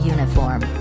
Uniform